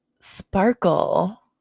sparkle